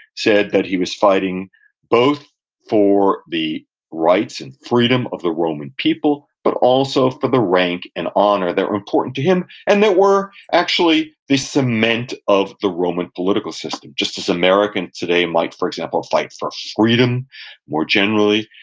said that he was fighting both for the rights and freedom of the roman people, but also for the rank and honor that were important to him, and that were actually the cement of the roman political system. just as an american today might, for example, example, fight for freedom more generally,